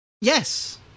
yes